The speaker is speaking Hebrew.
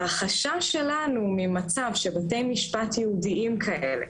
החשש שלנו ממצב שבתי משפט ייעודיים כאלה,